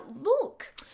look